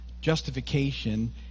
justification